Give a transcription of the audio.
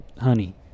Honey